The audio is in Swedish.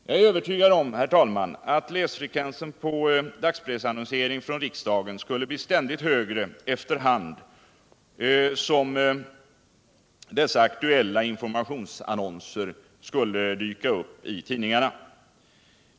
Jag är övertygad om, herr talman, att läsfrekvensen på dagspressannonsering från riksdagen skulle bli ständigt högre efter hand som de aktuella informationsannonserna skulle dyka upp i tidningarna.